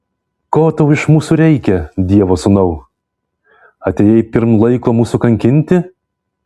ko tau iš mūsų reikia dievo sūnau atėjai pirm laiko mūsų kankinti